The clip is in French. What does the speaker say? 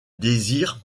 désir